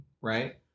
right